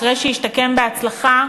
אחרי שהוא השתקם בהצלחה,